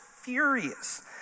furious